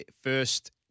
first